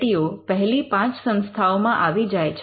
to પહેલી પાંચ સંસ્થાઓમાં આવી જાય છે